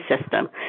system